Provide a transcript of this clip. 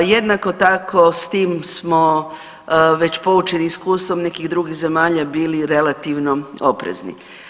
Jednako tako s tim smo već poučeni iskustvom nekih drugih zemalja bili relativno oprezni.